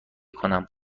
کنم